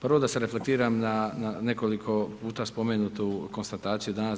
Prvo da se reflektiram na nekoliko puta spomenutu konstataciju danas.